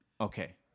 Okay